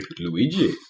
Luigi